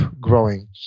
growing